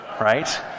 right